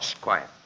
quiet